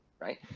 right